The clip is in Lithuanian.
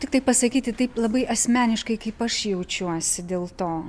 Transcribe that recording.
tiktai pasakyti taip labai asmeniškai kaip aš jaučiuosi dėl to